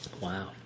Wow